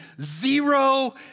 zero